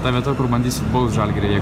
ta vieta kur bandysit baust žalgirį